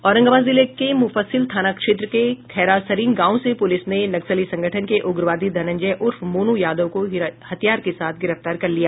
औरंगाबाद जिले के मुफस्सिल थाना क्षेत्र के खैरासरीन गांव से पूलिस ने नक्सली संगठन के उग्रवादी धनंजय उर्फ मोन् यादव को हथियार के साथ गिरफ्तार कर लिया